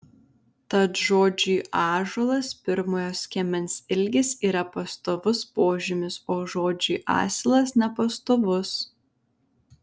tad žodžiui ąžuolas pirmojo skiemens ilgis yra pastovus požymis o žodžiui asilas nepastovus